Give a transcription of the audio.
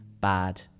bad